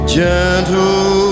gentle